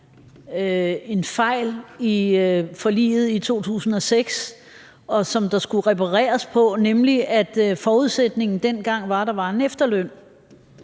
en fejl i forliget i 2006, der skulle repareres på, nemlig at forudsætningen dengang var, at der var en efterløn.